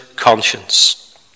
conscience